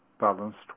balanced